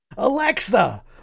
Alexa